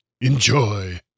enjoy